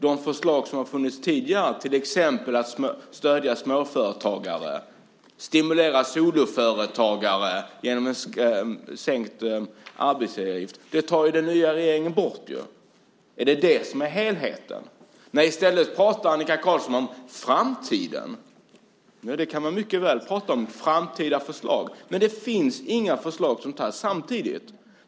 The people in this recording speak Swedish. De förslag som tidigare fanns, till exempel om att stödja småföretagare och om att stimulera soloföretagare genom sänkt arbetsgivaravgift, tar den nya regeringen bort. Är det detta som är helheten? Nej, i stället pratar Annika Qarlsson om framtiden. Framtida förslag kan man mycket väl prata om, men samtidigt finns det inga förslag.